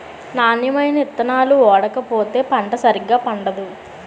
నాణ్యమైన ఇత్తనాలు ఓడకపోతే పంట సరిగా పండదు